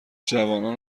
جوانان